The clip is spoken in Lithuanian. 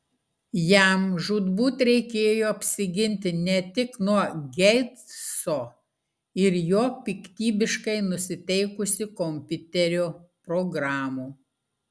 jam žūtbūt reikėjo apsiginti ne tik nuo geitso ir jo piktybiškai nusiteikusių kompiuterio programų